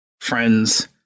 friends